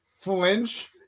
flinch